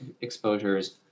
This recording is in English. exposures